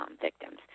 victims